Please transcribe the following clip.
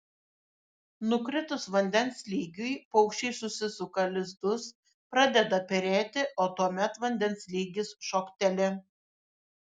nukritus vandens lygiui paukščiai susisuka lizdus pradeda perėti o tuomet vandens lygis šokteli